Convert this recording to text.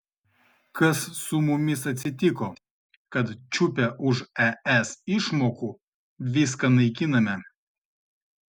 kas su mumis atsitiko kad čiupę už es išmokų viską naikiname